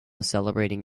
celebrating